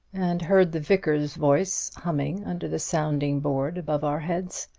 and heard the vicar's voice humming under the sounding-board above our heads!